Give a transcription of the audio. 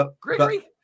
Gregory